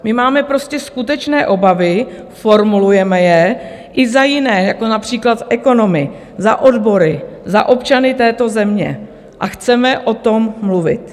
My máme prostě skutečné obavy, formulujeme je i za jiné, jako například za ekonomy, za odbory, za občany této země, a chceme o tom mluvit.